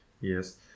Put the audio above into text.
Yes